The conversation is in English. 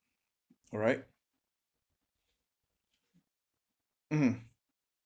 alright mmhmm